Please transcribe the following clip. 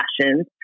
passions